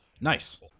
Nice